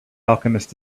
alchemist